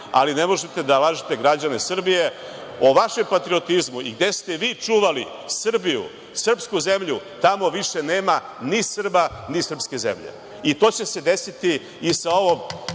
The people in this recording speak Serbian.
ali ne možete da lažete građane Srbije. O vašem patriotizmu i gde ste vi čuvali Srbiju i srpsku zemlju, tamo više nema ni Srba, ni srpske zemlje. To će se desiti i sa